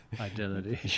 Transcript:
identity